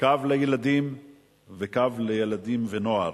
קו לילדים וקו לבני נוער.